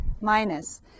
minus